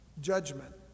judgment